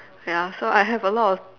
ya so I have a lot of